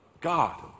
God